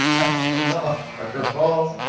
as camilla parker bowles.